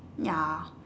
ya